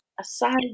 aside